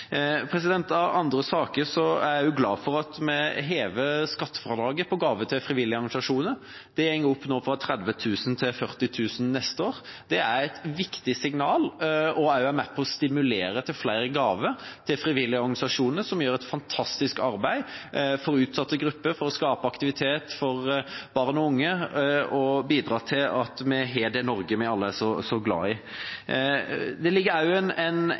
Av andre saker er jeg glad for at vi hever skattefradraget på gaver til frivillige organisasjoner. Det går opp fra 30 000 nå til 40 000 neste år. Det er et viktig signal og er med på å stimulere til flere gaver til frivillige organisasjoner, som gjør et fantastisk arbeid for utsatte grupper, for å skape aktivitet, for barn og unge, de bidrar til at vi har det Norge vi alle er så glad i. Det ligger også inne en